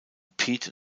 pete